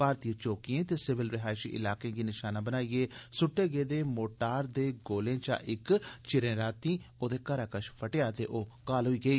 भारतीय चौकिए ते सिविल रिहाइशी इलाकें गी नशाना बनाईएं सुद्दे गेदे मोटार्र दे गोलें चा इक चिरे रातीं ओदे घरै कश फटेआ ते ओह् घायल होई गेई